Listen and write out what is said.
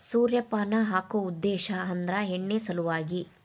ಸೂರ್ಯಪಾನ ಹಾಕು ಉದ್ದೇಶ ಅಂದ್ರ ಎಣ್ಣಿ ಸಲವಾಗಿ